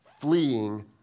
fleeing